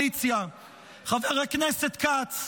חבר הכנסת כץ,